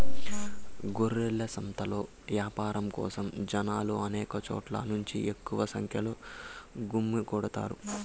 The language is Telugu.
గొర్రెల సంతలో యాపారం కోసం జనాలు అనేక చోట్ల నుంచి ఎక్కువ సంఖ్యలో గుమ్మికూడతారు